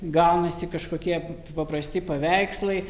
gaunasi kažkokie paprasti paveikslai